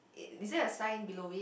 is there a sign below it